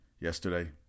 yesterday